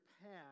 past